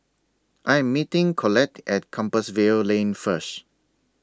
I Am meeting Collette At Compassvale Lane First